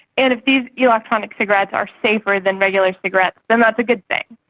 and if these electronic cigarettes are safer than regular cigarettes then that's a good thing.